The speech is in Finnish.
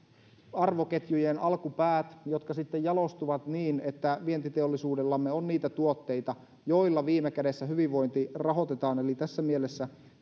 arvoketjujen alkupäät jotka sitten jalostuvat niin että vientiteollisuudellamme on niitä tuotteita joilla viime kädessä hyvinvointi rahoitetaan tässä mielessä